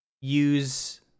use